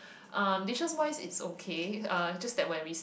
um dishes wise is okay uh just that when we